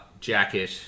jacket